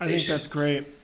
um that's great,